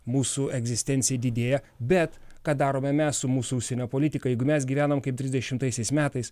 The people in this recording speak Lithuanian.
mūsų egzistencijai didėja bet ką darome mes su mūsų užsienio politikai jeigu mes gyvenom kaip trisdešimtaisiais metais